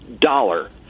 dollar